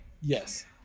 yes